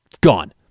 Gone